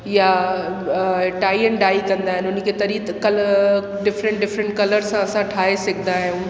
या tie and dye कंदा हुनखे तुरंत कल्ह डिफ्रेंट डिफ्रेंट कलर्स सां असां ठाहे सघंदा आहियूं